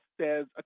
says